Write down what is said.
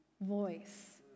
voice